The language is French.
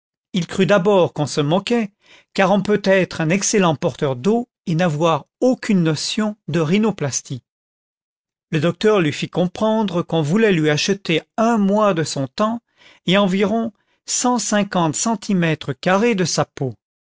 il crut d'abord qu'on se moquait car on peut être un excellent porteur d'eau et n'avoir aucune notion de rhinoplastie le docteur lui fit comprendre qu'on voulait lui acheter un mois de son temps et environ cent cinquante centimètres carrés de sa peau